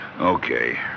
Okay